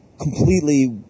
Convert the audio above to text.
completely